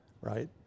right